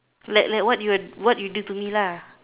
like like what you want what you did to me lah